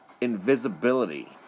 invisibility